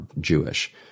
Jewish